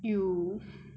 you